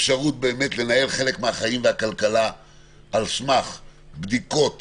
אפשרות לנהל חלק מהחיים והכלכלה על סמך בדיקות